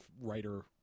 writer